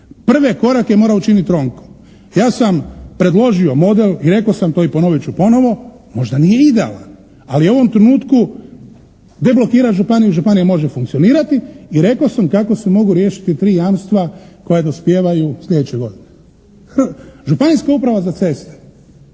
Prve korake mora učiniti Ronko. Ja sam predložio model i rekao sam to i ponovit ću ponovo, možda nije idealan, ali u ovom trenutku deblokira županiju, županija može funkcionirati i rekao sam kako se mogu riješiti tri jamstva koja dospijevaju sljedeće godine. Županijska uprava za ceste,